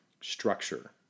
structure